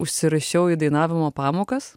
užsirašiau į dainavimo pamokas